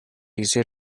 easier